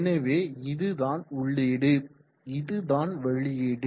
எனவே இதுதான் உள்ளீடு இதுதான் வெளியீடு